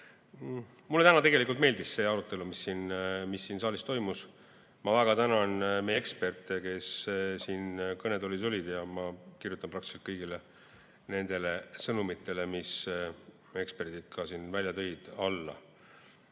Mulle tegelikult meeldis see arutelu, mis siin saalis toimus. Ma väga tänan meie eksperte, kes siin kõnetoolis olid, ja ma kirjutan praktiliselt kõigile nendele sõnumitele, mis eksperdid välja tõid, alla.